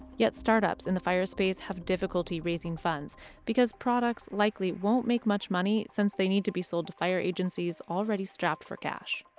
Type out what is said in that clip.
yet startups in the fire space have difficulty raising funds because products likely won't make much money since they need to be sold to fire agencies already strapped for cash.